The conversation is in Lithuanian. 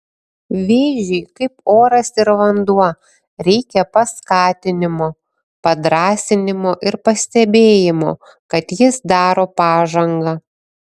vėžiui kaip oras ir vanduo reikia paskatinimo padrąsinimo ir pastebėjimo kad jis daro pažangą